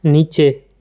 નીચે